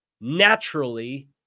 naturally